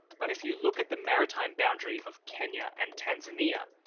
but if you look at the maritime boundary of kenya and tanzania,